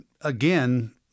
again